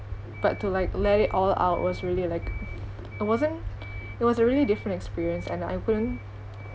but to like let it all out was really like it wasn't it was a really different experience and I couldn't